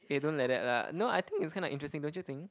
eh don't like that lah no I think it's kinda interesting don't you think